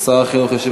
אוחיון,